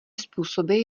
způsoby